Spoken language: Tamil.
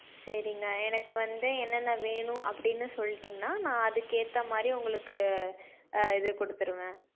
சரிங்க எனக்கு வந்து என்னென்ன வேணும் அப்படின்னு சொல்லிட்டிங்கன்னா நான் அதுக்கு ஏற்ற மாதிரி உங்களுக்கு இது கொடுத்துருவேன்